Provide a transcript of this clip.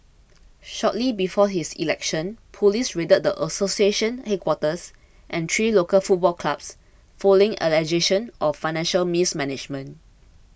shortly before his election police raided the association's headquarters and three local football clubs following allegations of financial mismanagement